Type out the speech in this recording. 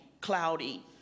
cloudy